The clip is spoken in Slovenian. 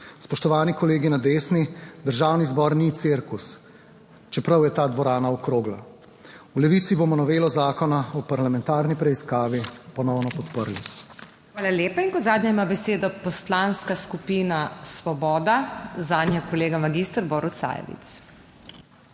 Spoštovani kolegi na desni, Državni zbor ni cirkus, čeprav je ta dvorana okrogla. V Levici bomo novelo Zakona o parlamentarni preiskavi ponovno podprli. PODPREDSEDNICA MAG. MEIRA HOT: Hvala lepa. In kot zadnja ima besedo Poslanska skupina Svoboda, zanjo kolega magister Borut Sajovic.